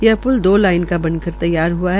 यह प्ल दो लाइन का बनकर तैयार हुआ है